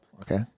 Okay